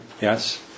yes